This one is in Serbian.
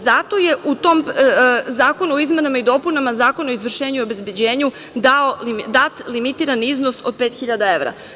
Zato je u tom Zakonu o izmenama i dopunama Zakona o izvršenju i obezbeđenju dat limitiran iznos od 5.000 evra.